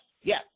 yes